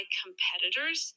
competitors